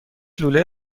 لوله